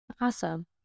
Awesome